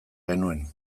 genuen